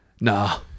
nah